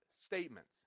statements